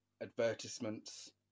advertisements